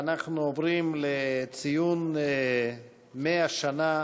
ואנחנו עוברים לציון 100 שנה